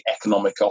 economic